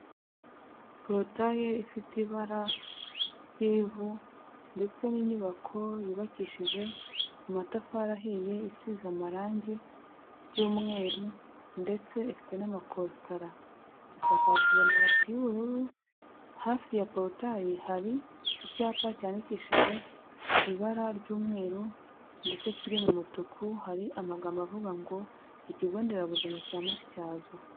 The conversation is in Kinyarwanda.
Porotaye ifite ibara ry'ivu, ndetse n'inyubako yubakishije amatafari ahiye, isize amarangi y'umweru ndetse ifite n'amakositara, isakaje amabati y'ubururu hafi ya porotayi hari icyapa cyandikishije ibara ry'umweru, ndetse kiri mu mutuku, hari amagambo avuga ngo ikigo nderabuzima cya Matyazo.